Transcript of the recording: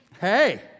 hey